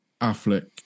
Affleck